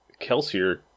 Kelsier